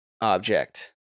object